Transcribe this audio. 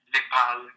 Nepal